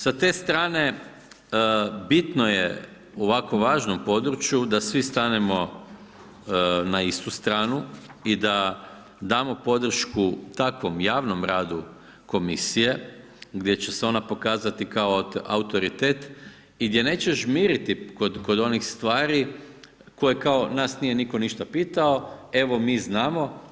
Sa te strane bitno je u ovako važnom području, da svi stanemo na istu stranu i da damo podršku tako javnom radu Komisije, gdje će se ona pokazati kao autoritet i gdje neće žmiriti kod onih stvari, koje kao nas nije nitko ništa pitao, evo mi znamo.